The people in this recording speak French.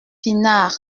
pinard